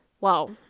wow